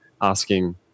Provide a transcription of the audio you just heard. asking